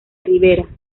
rivera